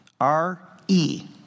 R-E